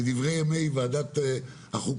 בדברי ימי ועדת החוקה,